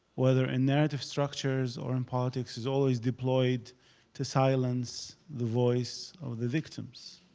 whether in narrative structures or in politics, is always deployed to silence the voice of the victims.